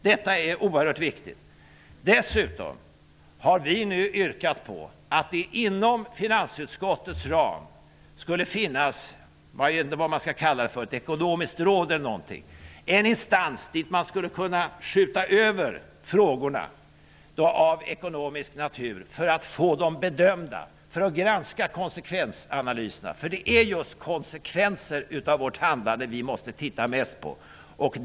Detta är oerhört viktigt. Dessutom har vi nu yrkat på att det inom finansutskottets ram skall finnas vad man skulle kunna kalla ett ekonomiskt råd, eller liknande. Det skulle vara en instans dit man skulle kunna skjuta över frågor av ekonomisk natur för att få dem bedömda och för att få konsekvenserna granskade. Det är just konsekvenserna av vårt handlande vi måste se mest på.